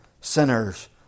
sinners